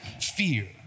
fear